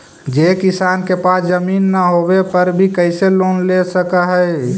जे किसान के पास जमीन न होवे पर भी कैसे लोन ले सक हइ?